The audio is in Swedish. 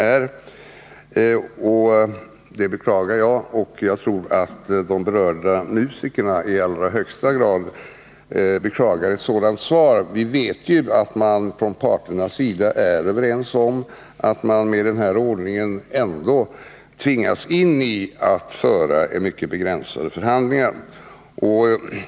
Jag beklagar detta, och det tror jag också att de berörda musikerna gör i allra högsta grad. Vi vet ju att parterna är överens om att man med den här ordningen ändå tvingas föra mycket begränsade förhandlingar.